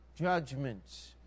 judgments